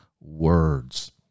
words